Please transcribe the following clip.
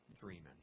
Dreaming